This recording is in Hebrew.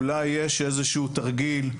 אולי יש איזה שהוא תרגיל,